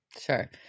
Sure